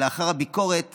לאחר הביקורת